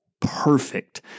perfect